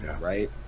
right